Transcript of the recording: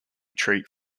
treat